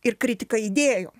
ir kritika idėjom